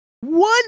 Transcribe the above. one